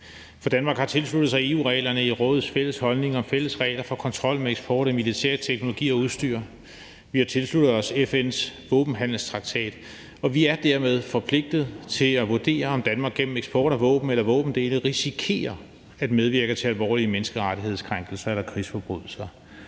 For Danmark har tilsluttet sig EU-reglerne i Rådets fælles holdning og fælles regler for kontrol med eksport af militær teknologi og udstyr. Vi har tilsluttet os FN’s våbenhandelstraktat, og vi er dermed forpligtet til at vurdere, om Danmark gennem eksport af våben eller våbendele risikerer at medvirke til at alvorlige menneskerettighedskrænkelser eller krigsforbrydelser.